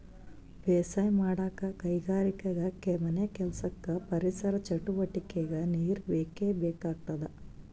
ಬೇಸಾಯ್ ಮಾಡಕ್ಕ್ ಕೈಗಾರಿಕೆಗಾ ಮನೆಕೆಲ್ಸಕ್ಕ ಪರಿಸರ್ ಚಟುವಟಿಗೆಕ್ಕಾ ನೀರ್ ಬೇಕೇ ಬೇಕಾಗ್ತದ